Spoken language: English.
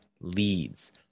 leads